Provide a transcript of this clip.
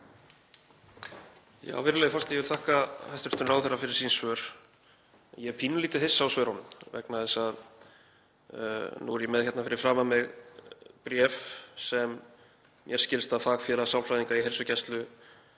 Virðulegi forseti. Ég vil þakka hæstv. ráðherra fyrir sín svör. Ég er pínulítið hissa á svörunum vegna þess að nú er ég með hérna fyrir framan mig bréf sem mér skilst að Fagfélag sálfræðinga í heilsugæslu